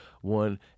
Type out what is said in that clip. one